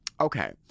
Okay